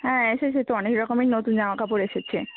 হ্যাঁ এসেছে তো অনেক রকমের নতুন জামা কাপড় এসেছে